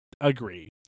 agree